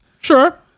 Sure